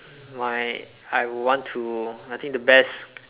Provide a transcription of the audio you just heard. my I would want to I think the best